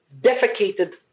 defecated